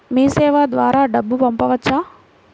మీసేవ ద్వారా డబ్బు పంపవచ్చా?